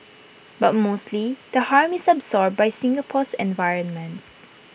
but mostly the harm is absorbed by Singapore's environment